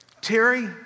Terry